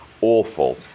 awful